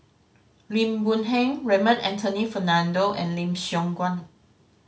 Lim Boon Heng Raymond Anthony Fernando and Lim Siong Guan